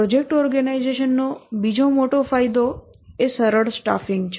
project ઓર્ગેનાઇઝેશનનો બીજો મોટો ફાયદો એ સરળ સ્ટાફિંગ છે